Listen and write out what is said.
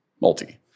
multi